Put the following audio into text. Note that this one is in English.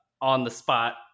on-the-spot